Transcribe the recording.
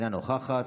אינה נוכחת,